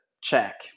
check